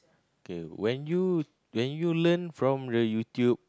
okay when you when you learn from the YouTube